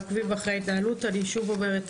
אני שוב אומרת,